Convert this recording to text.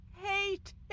hate